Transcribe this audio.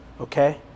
Okay